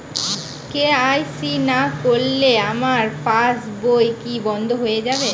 KYC না করলে আমার পাশ বই কি বন্ধ হয়ে যাবে?